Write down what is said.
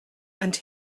and